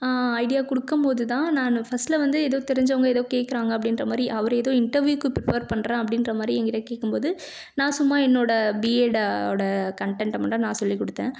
idea கொடுக்கம் போது தான் நானு ஃபஸ்ட்டில் வந்து எதோ தெரிஞ்சவங்க எதோ கேட்குறாங்க அப்படின்ற மாதிரி அவரு எதோ இன்டர்வியூக்கு ப்ரிப்பேர் பண்ணுறேன் அப்படின்ற மாதிரி எங்கிட்ட கேட்கும்போது நான் சும்மா என்னோட பிஎடு ஓட கண்டன்ட்டை மட்டும் நான் சொல்லி கொடுத்தேன்